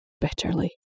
bitterly